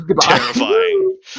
Terrifying